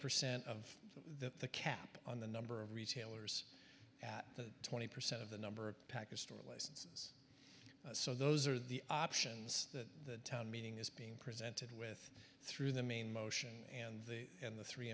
percent of the cap on the number of retailers at the twenty percent of the number of pakistan at least so those are the options the town meeting is being presented with through the main motion and the in the three